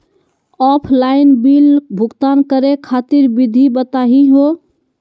Offline bill भुगतान करे खातिर विधि बताही हो?